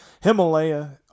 Himalaya